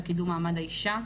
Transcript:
לקידום מעמד האישה,